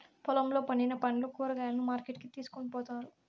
పొలంలో పండిన పండ్లు, కూరగాయలను మార్కెట్ కి తీసుకొని పోతారు